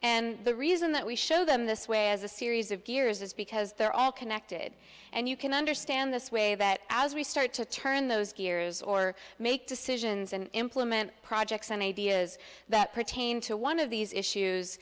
and the reason that we show them this way as a series of gears is because they're all connected and you can understand this way that as we start to turn those gears or make decisions and implement projects and ideas that pertain to one of these issues